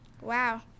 Wow